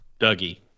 Dougie